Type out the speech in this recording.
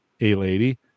A-Lady